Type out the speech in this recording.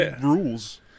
rules